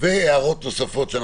והערות נוספות.